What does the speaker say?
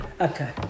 Okay